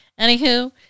Anywho